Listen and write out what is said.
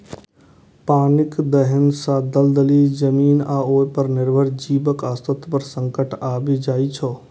पानिक दोहन सं दलदली जमीन आ ओय पर निर्भर जीवक अस्तित्व पर संकट आबि जाइ छै